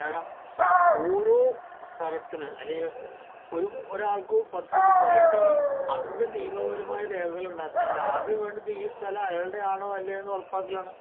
കാരണം ഓരോ സ്ഥലത്തിന് അല്ലെങ്കിൽ ഒരു ഒരാൾക്ക് പത്തുസെന്റ് സ്ഥലമുണ്ടെങ്കില് അതിൻ്റെ നിയമപരമായ രേഖകൾ ഉണ്ടാക്കണമെങ്കിൽ ആദ്യം വേണ്ടത് ഈ സ്ഥലം അയാളുടെ ആണോ അല്ലയോ എന്ന് ഉറപ്പാക്കലാണ്